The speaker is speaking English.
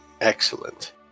Excellent